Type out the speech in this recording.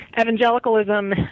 evangelicalism